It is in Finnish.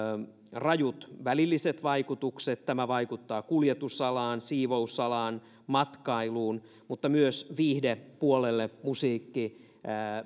rajut välilliset vaikutukset tämä vaikuttaa kuljetusalaan siivousalaan matkailuun mutta myös viihdepuolelle musiikkibändit